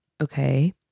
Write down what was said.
Okay